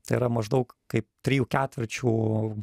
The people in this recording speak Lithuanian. tai yra maždaug kaip trijų ketvirčių